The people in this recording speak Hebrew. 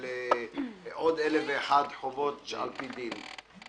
של עוד אלף ואחד חובות על-פי דין.